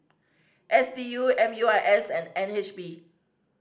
S D U M U I S and N H B